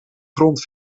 grond